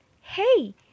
Hey